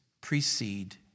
precede